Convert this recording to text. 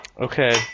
Okay